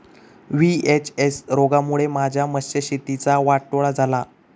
VHS रोगामुळे माझ्या मत्स्यशेतीचा वाटोळा झाला